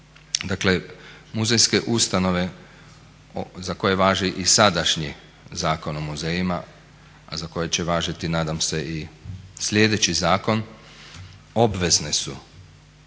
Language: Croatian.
Dakle, muzejske ustanove za koje važi i sadašnji Zakon o muzejima, a za koje će važiti nadam se i sljedeći zakon obvezne su